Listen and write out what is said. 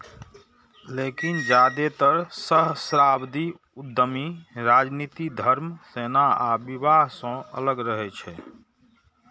लेकिन जादेतर सहस्राब्दी उद्यमी राजनीति, धर्म, सेना आ विवाह सं अलग रहै छै